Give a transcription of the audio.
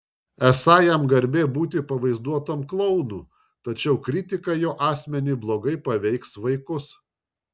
esą jam garbė būti pavaizduotam klounu tačiau kritika jo asmeniui blogai paveiks vaikus